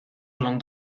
along